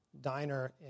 diner